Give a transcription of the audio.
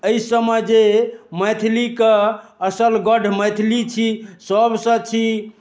एहिसभमे जे मैथिलीके असल गढ़ मैथिली छी सभसँ छी